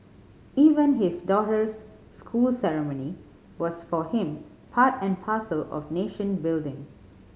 even his daughter's school ceremony was for him part and parcel of nation building